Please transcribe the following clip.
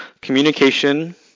communication